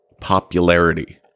popularity